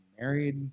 married